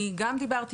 אני גם דיברתי,